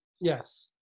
Yes